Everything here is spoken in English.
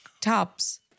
tubs